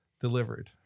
delivered